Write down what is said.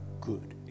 good